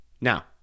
Now